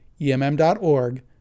emm.org